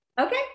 Okay